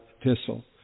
epistle